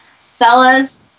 Fellas